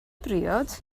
briod